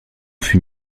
fut